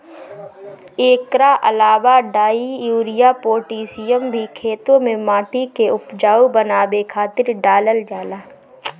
एकरा अलावा डाई, यूरिया, पोतेशियम भी खेते में माटी के उपजाऊ बनावे खातिर डालल जाला